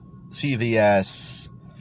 CVS